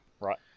right